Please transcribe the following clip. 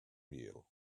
meal